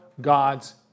God's